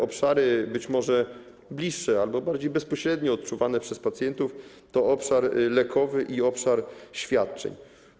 Obszary być może bliższe albo bardziej bezpośrednio odczuwane przez pacjentów to obszar lekowy i obszar świadczeń.